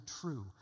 true